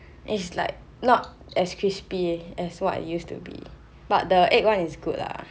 is like not as crispy as what it used to be but the egg one is good lah